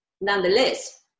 nonetheless